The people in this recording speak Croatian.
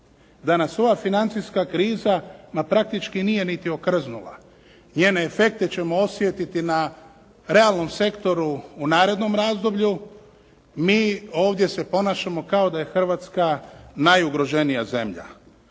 da nas ova financijska kriza ma praktički nije niti okrznula njene efekte ćemo osjetiti na realnom sektoru u narednom razdoblju mi ovdje se ponašamo kao da je Hrvatska najugroženija zemlja.